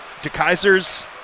DeKaiser's